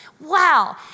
Wow